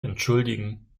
entschuldigen